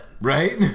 Right